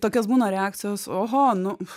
tokios būna reakcijos oho nu